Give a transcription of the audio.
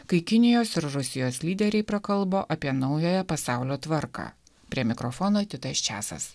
kai kinijos ir rusijos lyderiai prakalbo apie naujojo pasaulio tvarką prie mikrofono titas česas